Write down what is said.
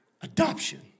adoption